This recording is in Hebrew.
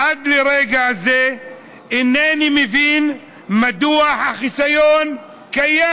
עד לרגע זה אינני מבין מדוע החיסיון קיים.